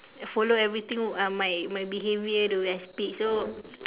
follow everything uh my my behaviour the way I speak so